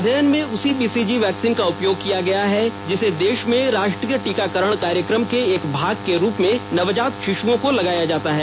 अध्ययन में उसी बीसीजी वैक्सीन का उपयोग किया गया है जिसे देश में राष्ट्रीय टीकाकरण कार्यक्रम के एक भाग के रूप में नवजात शिशुओं को लगाया जाता है